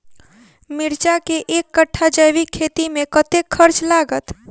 मिर्चा केँ एक कट्ठा जैविक खेती मे कतेक खर्च लागत?